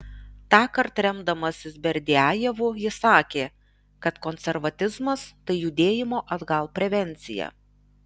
tąkart remdamasis berdiajevu jis sakė kad konservatizmas tai judėjimo atgal prevencija